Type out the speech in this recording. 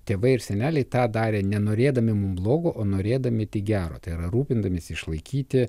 tėvai ir seneliai tą darė nenorėdami mum blogo o norėdami tik gero tai yra rūpindamiesi išlaikyti